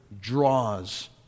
draws